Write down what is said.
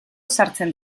sartzen